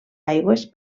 aigües